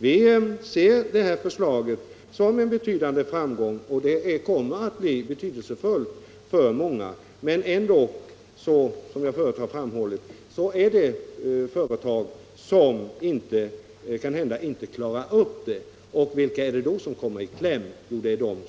Vi ser det föreliggande förslaget som en betydande framgång — det kommer att få stor betydelse för många. Men som jag förut framhållit finns det företag som kanske inte klarar de nya uppgifterna. Vilka kommer då i kläm? Jo,